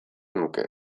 nuke